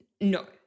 no